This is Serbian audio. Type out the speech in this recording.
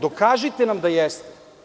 Dokažite nam da jeste.